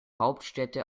hauptstädte